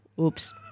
oops